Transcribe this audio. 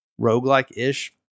roguelike-ish